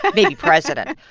but maybe president.